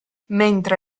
mentre